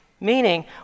meaning